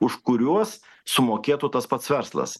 už kuriuos sumokėtų tas pats verslas